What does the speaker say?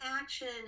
action